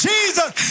Jesus